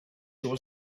your